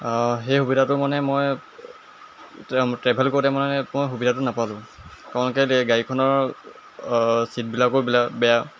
সেই সুবিধাটো মানে মই ট্ৰেভেল কৰোঁতে মানে মই সুবিধাটো নাপালোঁ তেওঁলোকে গাড়ীখনৰ ছিটবিলাকো বেয়া